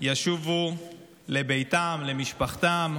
ישובו לביתם ולמשפחתם.